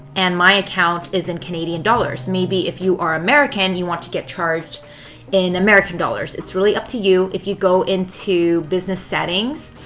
and my account is in canadian dollars. maybe if you american, you want to get charged in american dollars. it's really up to you. if you go into business settings,